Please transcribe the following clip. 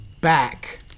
back